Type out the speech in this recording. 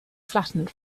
flattened